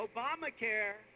Obamacare